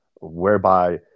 whereby